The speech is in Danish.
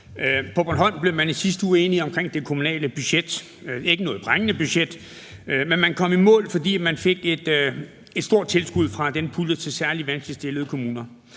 På Bornholm blev man i sidste uge enige om det kommunale budget. Det er ikke noget prangende budget, men man kom i mål, fordi man fik et stort tilskud fra puljen til særlig vanskeligt stillede kommuner.